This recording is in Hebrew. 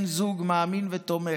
עומד בן זוג מאמין ותומך.